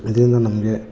ಇದರಿಂದ ನಮಗೆ